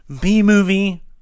B-movie